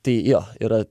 tai jo yra